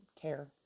care